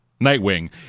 Nightwing